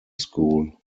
school